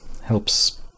helps